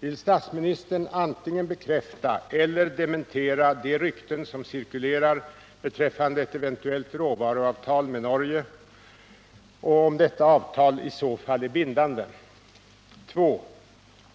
Vill statsministern antingen bekräfta eller dementera de rykten som cirkulerar beträffande ett eventuellt råvaruavtal med Norge och om detta avtal i så fall är bindande? 2.